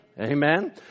Amen